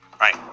Right